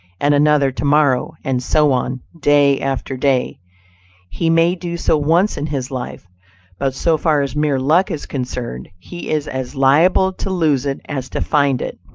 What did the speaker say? and another to-morrow, and so on, day after day he may do so once in his life but so far as mere luck is concerned, he is as liable to lose it as to find it.